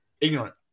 ignorant